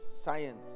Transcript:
Science